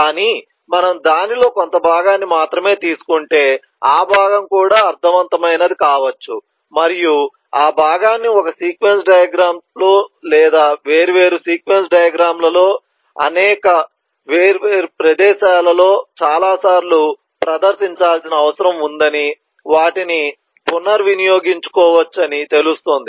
కానీ మనం దానిలో కొంత భాగాన్ని మాత్రమే తీసుకుంటే ఆ భాగం కూడా అర్ధవంతమైనది కావచ్చు మరియు ఆ భాగాన్ని ఒక సీక్వెన్స్ డయాగ్రమ్ లో లేదా వేర్వేరు సీక్వెన్స్డయాగ్రమ్ లలో అనేక వేర్వేరు ప్రదేశాలలో చాలాసార్లు ప్రదర్శించాల్సిన అవసరం ఉందని వాటిని పునర్వినియోగించుకోవచ్చు అని తెలుస్తుంది